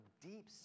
deep